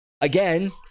again